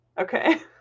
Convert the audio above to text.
Okay